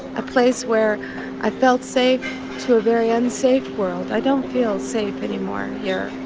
a place where i felt safe to a very unsafe world. i don't feel safe anymore here